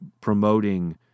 promoting